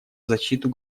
защиту